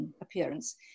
appearance